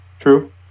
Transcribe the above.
True